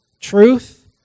truth